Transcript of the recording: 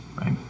right